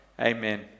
Amen